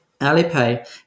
Alipay